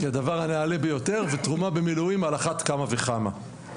היא הדבר הנעלה ביותר ותרומה במילואים על אחת כמה וכמה.